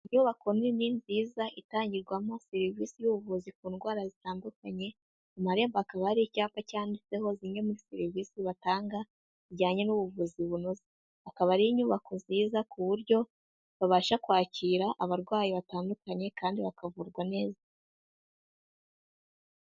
Inyubako nini nziza itangirwamo serivisi y'ubuvuzi ku ndwara zitandukanye, ku marembo hakaba hari icyapa cyanditseho zimwe muri serivisi batanga, zijyanye n'ubuvuzi bunoze. Akaba ari inyubako nziza ku buryo babasha kwakira abarwayi batandukanye kandi bakavurwa neza.